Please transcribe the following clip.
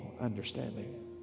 understanding